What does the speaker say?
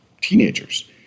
teenagers